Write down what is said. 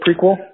prequel